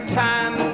time